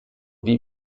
wie